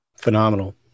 Phenomenal